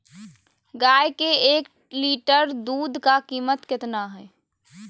गाय के एक लीटर दूध का कीमत कितना है?